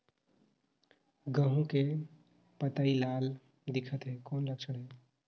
गहूं के पतई लाल दिखत हे कौन लक्षण हे?